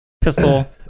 pistol